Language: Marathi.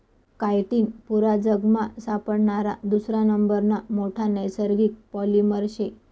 काइटीन पुरा जगमा सापडणारा दुसरा नंबरना मोठा नैसर्गिक पॉलिमर शे